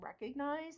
recognize